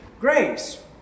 grace